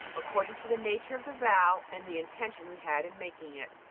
according to the nature of the vow and the intention we had in making it.